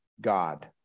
God